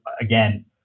again